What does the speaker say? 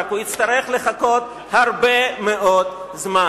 רק הוא יצטרך לחכות הרבה מאוד זמן.